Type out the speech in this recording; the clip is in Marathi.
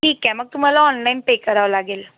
ठीक आहे मग तुम्हाला ऑनलाईन पे करावं लागेल